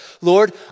Lord